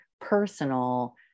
personal